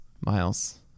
Miles